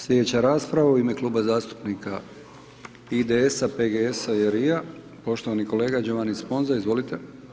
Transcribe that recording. Slijedeća rasprava u ime Kluba zastupnika IDS-a, PGS-a i LRI-a, poštovani kolega Giovanni Sponza, izvolite.